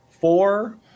four